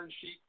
sheet